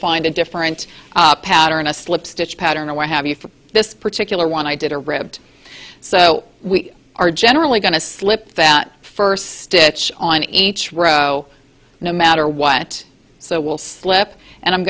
find a different pattern a slip stitch pattern or what have you for this particular one i did a ribbed so we are generally going to slip the first stitch on each row no matter what so will slip and i'm